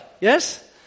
yes